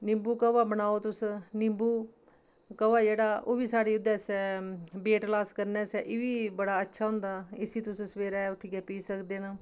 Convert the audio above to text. निम्बू काह्वा बनाओ तुस निम्बू काह्वा जेह्ड़ा ओह् बी साढ़ी ओह्दे आस्तै बेट लास करने आस्तै एह् बी बड़ा अच्छा होंदा इस्सी तुस सवेरे उट्ठियै पी सकदे न